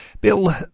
Bill